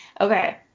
Okay